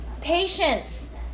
patience